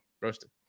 roasted